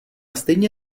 stejně